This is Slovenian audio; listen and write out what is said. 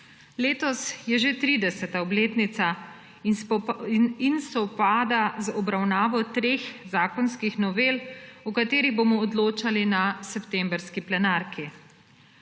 Letos je že 30. obletnica in sovpada z obravnavo treh zakonskih novel, o katerih bomo odločali na septembrski plenarki.